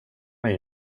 mig